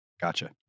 Gotcha